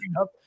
up